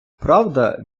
правда